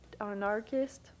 anarchist